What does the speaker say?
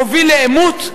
מוביל לעימות,